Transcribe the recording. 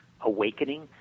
awakening